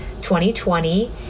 2020